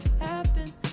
Happen